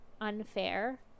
unfair